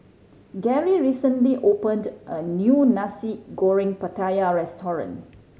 Gerry recently opened a new Nasi Goreng Pattaya restaurant